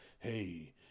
hey